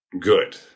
Good